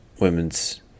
women's